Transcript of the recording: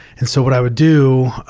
and so what i would do